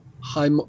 high